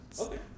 Okay